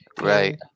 right